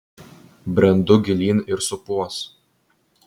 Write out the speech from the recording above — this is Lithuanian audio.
brendu gilyn ir supuos